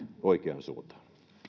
oikeaan suuntaan